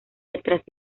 detrás